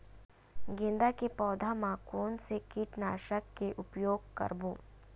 गेंदा के पौधा म कोन से कीटनाशक के उपयोग करबो?